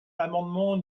l’amendement